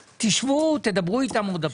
תשבו ותדברו איתם עוד פעם.